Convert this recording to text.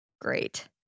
Great